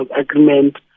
agreement